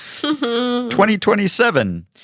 2027